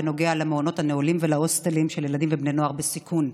בנוגע למעונות הנעולים ולהוסטלים של ילדים ובני נוער בסיכון.